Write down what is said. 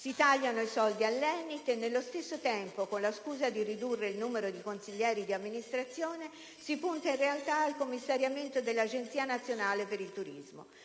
Si tagliano i soldi all'ENIT e nello stesso tempo, con la scusa di ridurre il numero di consiglieri di amministrazione, si punta in realtà al commissariamento dell'Agenzia nazionale per il turismo.